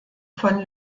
von